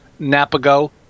Napago